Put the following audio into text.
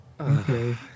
Okay